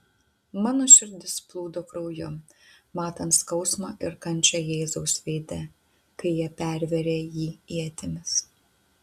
mano širdis plūdo krauju matant skausmą ir kančią jėzaus veide kai jie pervėrė jį ietimis